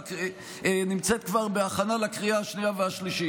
נמצאת כבר בהכנה לקריאה השנייה והשלישית,